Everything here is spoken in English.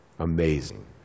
Amazing